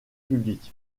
publics